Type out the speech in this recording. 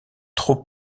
trop